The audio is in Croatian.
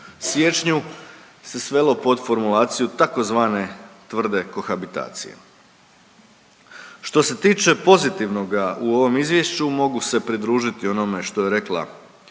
siječnju se svelo pod formulaciju tzv. tvrde kohabitacije. Što se tiče pozitivnoga u ovom izvješću, mogu se pridružiti onome što je rekla